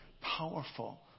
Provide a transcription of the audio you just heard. powerful